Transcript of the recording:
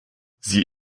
sie